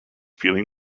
feeling